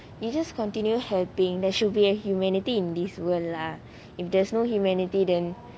you just continue helping there should be a humanity in this world lah if there's no humanity then